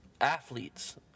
athletes